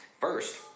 First